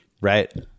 right